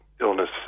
illness